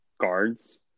guards